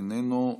איננו,